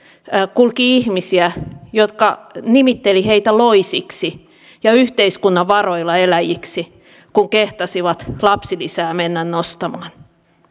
kulki ihmisiä jotka nimittelivät heitä loisiksi ja yhteiskunnan varoilla eläjiksi kun kehtasivat lapsilisää mennä nostamaan